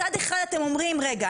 מצד אחד אתם אומרים: רגע,